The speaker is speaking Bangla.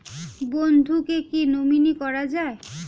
বন্ধুকে কী নমিনি করা যায়?